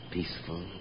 Peaceful